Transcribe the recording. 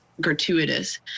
gratuitous